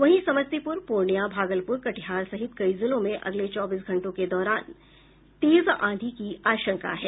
वहीं समस्तीपुर पूर्णिया भागलपुर कटिहार सहित कई जिलों में अगले चौबीस घंटों के दौरान तेज आंधी की आशंका है